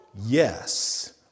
yes